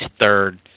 third